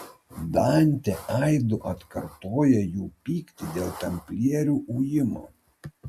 dantė aidu atkartoja jų pyktį dėl tamplierių ujimo